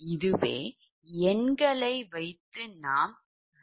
இதுவே numerical எண் என்று அழைக்கிறீர்கள்